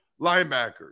linebackers